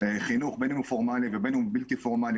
חינוך בין אם הוא פורמלי ובין אם הוא בלתי פורמלי,